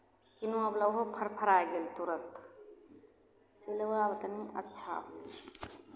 किनुआवला ओहो फड़फड़ाय गेल तुरन्त सिलौआवला तनि अच्छा होइ छै